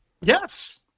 Yes